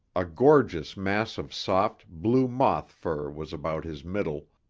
a gorgeous mass of soft, blue moth fur was about his middle,